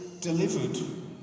delivered